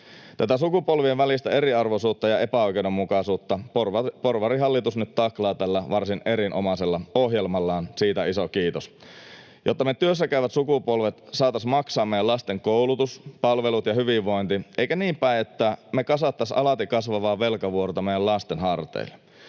Tätä sukupolvien välistä eriarvoisuutta ja epäoikeudenmukaisuutta porvarihallitus nyt taklaa tällä varsin erinomaisella ohjelmallaan — siitä iso kiitos. Jotta me työssäkäyvät sukupolvet saataisiin maksaa meidän lasten koulutus, palvelut ja hyvinvointi, eikä niinpäin, että me kasattaisiin alati kasvavaa velkavuorta meidän lasten harteille,